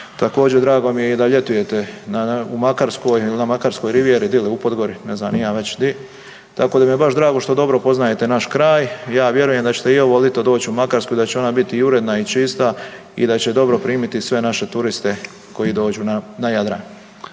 Također, drago mi je i da ljetujete u Makarskoj, na Makarskoj rivijeri, di li, u Podgori, ne znam ni ja već di, tako da mi je baš drago što dobro poznajete naš kraj, ja vjerujem da ćete i ovo lito doći u Makarsku, da će ona biti i uredna i čista i da će dobro primiti sve naše turiste koji dođu na Jadran.